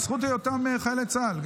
גם בזכות היותם חיילי צה"ל,